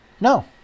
no